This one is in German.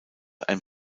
ein